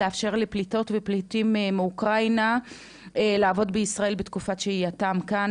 לאפשר לפליטות ופליטים מאוקראינה לעבוד בישראל בתקופת שהייתם כאן,